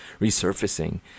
resurfacing